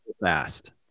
fast